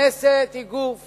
כנסת היא גוף